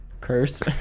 curse